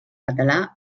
català